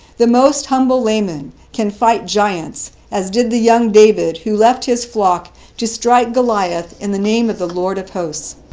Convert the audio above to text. the most humble layman, can fight giants, as did the young david who left his flock to strike goliath in the name of the lord of hosts.